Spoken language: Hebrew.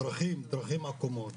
הדרכים עקומות,